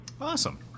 awesome